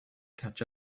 catch